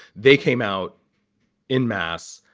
they came out in mass,